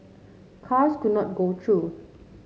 cars could not go through